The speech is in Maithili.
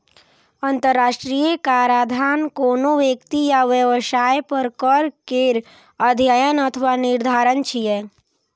अंतरराष्ट्रीय कराधान कोनो व्यक्ति या व्यवसाय पर कर केर अध्ययन अथवा निर्धारण छियै